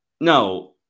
no